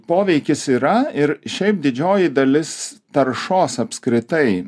poveikis yra ir šiaip didžioji dalis taršos apskritai